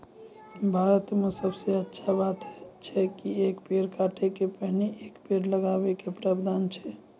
भारत मॅ सबसॅ अच्छा बात है छै कि एक पेड़ काटै के पहिने एक पेड़ लगाय के प्रावधान छै